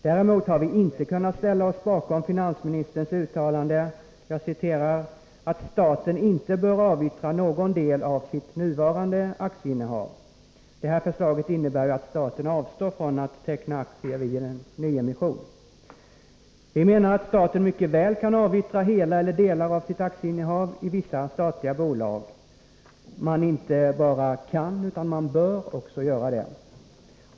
Däremot har vi inte kunnat ställa oss bakom finansministerns uttalande att staten inte bör ”avyttra någon del av sitt nuvarande aktieinnehav”. Förslaget innebär ju att staten avstår från att teckna aktier vid en nyemission. Vi menar att staten mycket väl kan avyttra hela eller delar av sitt aktieinnehav i vissa statliga bolag. Man inte bara kan utan bör också göra det.